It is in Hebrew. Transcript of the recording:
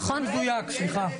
מדויק.